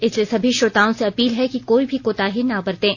इसलिए सभी श्रोताओं से अपील है कि कोई भी कोताही ना बरतें